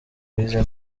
bize